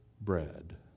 bread